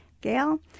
Gail